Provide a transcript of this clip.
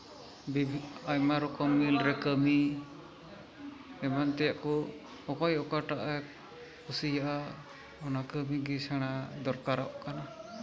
ᱵᱤᱵᱷᱤᱱᱱᱚ ᱟᱭᱢᱟ ᱨᱚᱠᱚᱢ ᱢᱤᱞ ᱨᱮ ᱠᱟᱹᱢᱤ ᱮᱢᱟᱱ ᱛᱮᱭᱟᱜ ᱠᱚ ᱚᱠᱚᱭ ᱚᱠᱟᱴᱟᱜ ᱮ ᱠᱩᱥᱤᱭᱟᱜᱼᱟ ᱚᱱᱟ ᱠᱟᱹᱢᱤᱜᱮ ᱥᱮᱬᱟ ᱫᱚᱨᱠᱟᱨᱚᱜ ᱠᱟᱱᱟ